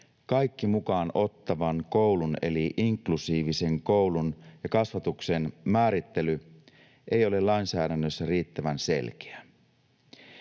kaikki mukaan ottavan koulun eli inklusiivisen koulun ja kasvatuksen määrittely ei ole lainsäädännössä riittävän selkeä.